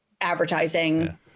advertising